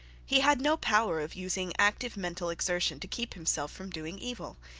he had no power of using active mental exertion to keep himself from doing evil.